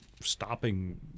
stopping